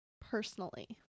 personally